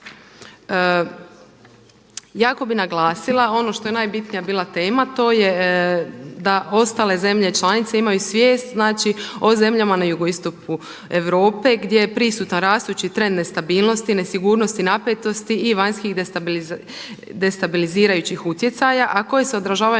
Jako bi naglasila ono što je bila najbitnija tema, to je da ostale zemlje članice imaju svijest o zemljama na Jugoistoku Europe gdje je prisutan rastući trend nestabilnosti, nesigurnosti, napetosti i vanjskih destabilizirajući utjecaja, a koji se odražavaju